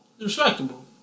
Respectable